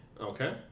Okay